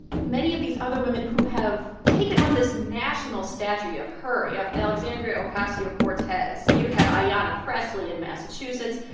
many of these other women who have taken on this national stature you have her. you have alexandria ocasio-cortez. you have ah ayanna pressley in massachusetts.